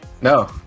No